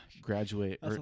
graduate